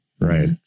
right